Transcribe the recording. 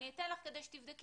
אני אתן לך כדי שתבדקי.